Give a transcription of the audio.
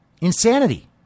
Insanity